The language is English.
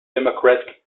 democratic